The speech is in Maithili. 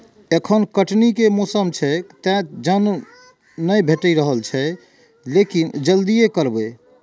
एखन कटनी के मौसम छैक, तें जन नहि भेटि रहल छैक, लेकिन जल्दिए करबै